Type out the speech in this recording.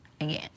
again